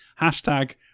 hashtag